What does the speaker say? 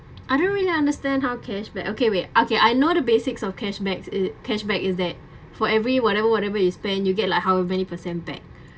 I don't really understand how cashback okay wait okay I know the basics of cashback is cashback is that for every whatever whatever you spent you get like how many percent back